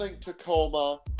Tacoma